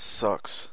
sucks